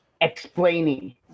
explaining